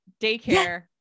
daycare